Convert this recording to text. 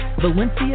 Valencia